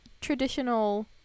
traditional